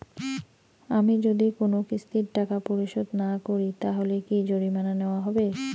আমি যদি কোন কিস্তির টাকা পরিশোধ না করি তাহলে কি জরিমানা নেওয়া হবে?